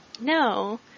No